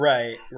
Right